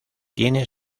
tiene